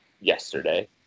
yesterday